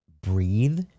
breathe